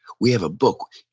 we have a book.